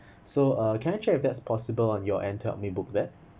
so uh can I check if that's possible on your end to help me book that